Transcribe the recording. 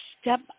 step